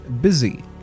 busy